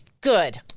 good